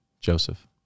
Joseph